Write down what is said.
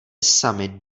sami